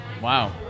Wow